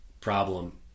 problem